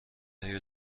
اگه